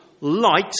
light